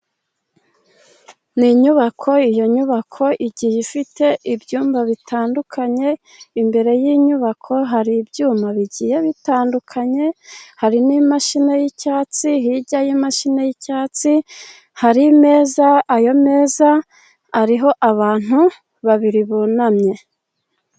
Ni inyubako iyo nyubako igiye ifite ibyumba bitandukanye imbere y'inyubako hari ibyuma bigiye bitandukanye, hari n'imashini y'icyatsi hirya y'imashini y'icyatsi hari ameza ayo meza ariho abantu babiri bunamye.